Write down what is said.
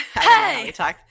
Hey